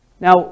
Now